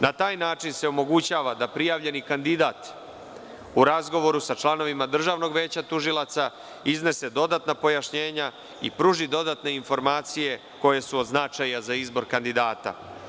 Na taj način se omogućava da prijavljeni kandidat u razgovoru sa članovima Državnog veća tužilaca iznese dodatna pojašnjenja i pruži dodatne informacije koje su od značaja za izbor kandidata.